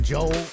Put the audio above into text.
Joel